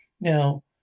Now